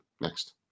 Next